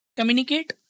Communicate